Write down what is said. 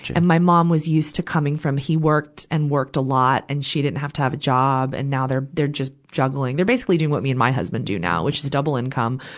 and my mom was used to coming from, he worked and worked a lot and she didn't have to have a job. and now they're, they're just juggling. they're basically doing what me and my husband do now, which is double-income.